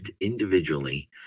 individually